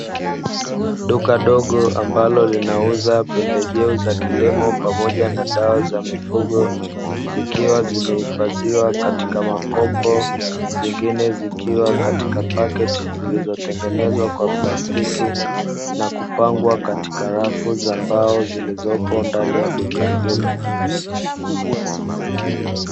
Duka dogo ambalo linauza pembejeo za kilimo pamoja na dawa za mifugo, zikiwa zimehifadhiwa katika makopo, zingine zikiwa katika paketi zilizotengenezwa kwa plastiki na kupangwa katika rafu za mbao zilizopo ndani ya duka hilo.